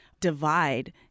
divide